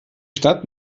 stadt